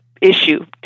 issue